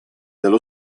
dello